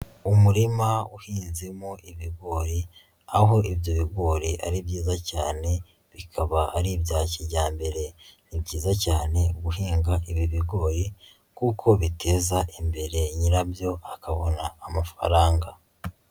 Umurima uhinzemo ibigori, aho ibyo bigori ari byiza cyane, bikaba ari ibya kijyambere, ni byiza cyane guhinga ibi bigori kuko biteza imbere nyirabyo akabona amafaranga.